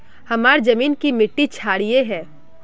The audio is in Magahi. हमार जमीन की मिट्टी क्षारीय है?